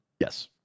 Yes